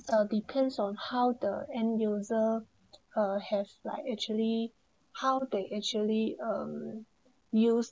uh depends on how the end user uh have like actually how they actually um used